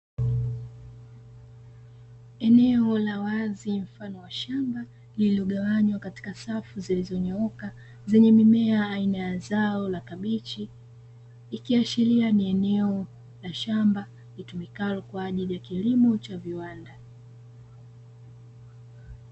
Eneo la wazi mfano wa shamba lililo gawanywa katika safu zilizo nyooka, zenye mimea aina ya kabichi, ikiashiria ni eneo la shamba likitumikalo kwaajili ya kilimo cha viwanda.